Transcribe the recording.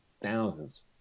thousands